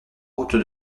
route